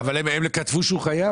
אבל הם כתבו שהוא חייב.